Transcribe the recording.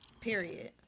Period